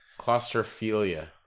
Claustrophilia